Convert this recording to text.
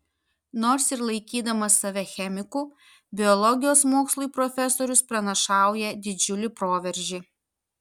nors ir laikydamas save chemiku biologijos mokslui profesorius pranašauja didžiulį proveržį